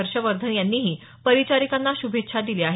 हर्षवर्धन यांनीही परिचारिकांना श्भेच्छा दिल्या आहेत